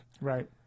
Right